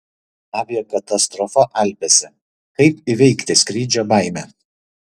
aviakatastrofa alpėse kaip įveikti skrydžio baimę